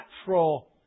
natural